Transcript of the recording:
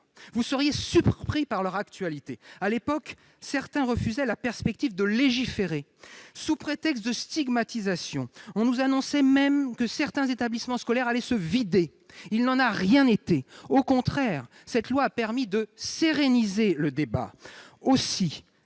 vous serez surpris par leur actualité. À l'époque, certains refusaient la perspective de légiférer, sous prétexte de « stigmatisation ». On nous annonçait même que certains établissements scolaires allaient se vider de leurs élèves ! Il n'en a rien été : au contraire, cette loi a permis de retrouver un débat plus